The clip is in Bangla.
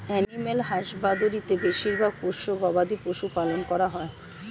এনিম্যাল হাসবাদরী তে বেশিরভাগ পোষ্য গবাদি পশু পালন করা হয়